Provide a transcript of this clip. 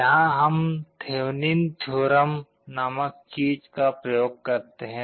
यहाँ हम Thevenin theorem Thevenin's theorem नामक चीज़ का प्रयोग करते हैं